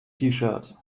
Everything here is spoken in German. shirt